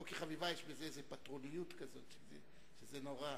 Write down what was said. ב"חביבה" יש איזו פטרוניות כזאת שזה נורא.